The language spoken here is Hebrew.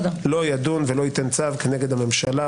לא ידון ולא ייתן צו כנגד הממשלה,